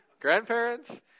Grandparents